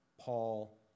Paul